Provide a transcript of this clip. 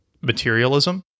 materialism